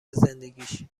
زندگیش